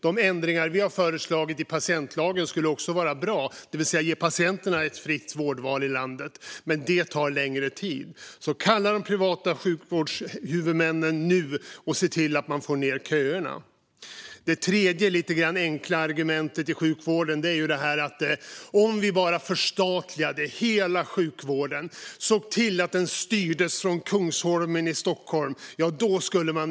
De ändringar i patientlagen som vi har föreslagit, det vill säga att ge patienterna ett fritt vårdval i landet, skulle också vara bra men tar längre tid. Kalla alltså de privata sjukvårdshuvudmännen nu, och se till att få ned köerna! Ett annat, lite enkelt, argument i sjukvårdsdebatten är att vi minsann skulle kunna lösa många av problemen om vi bara förstatligade hela sjukvården och såg till att den styrdes från Kungsholmen i Stockholm.